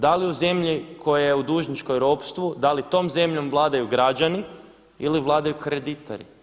Da li u zemlji koja je u dužničkom ropstvu da li tom zemljom vladaju građani ili vladaju kreditori?